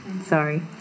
Sorry